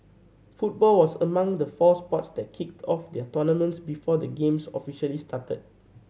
football was among the four sports that kicked off their tournaments before the Games officially started